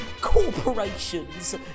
Corporations